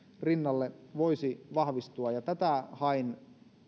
rinnalle voisi vahvistua tätä hain